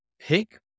pick